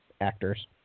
actors